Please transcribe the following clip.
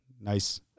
nice